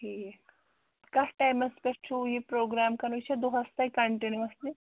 ٹھیٖک کَتھ ٹایمَس پٮ۪ٹھ چھُو یہِ پروگرام کَرُن یہِ چھَ دۄہَس تۄہہِ کَنٹِنیوَسلی